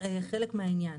חלק מהעניין.